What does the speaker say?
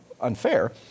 unfair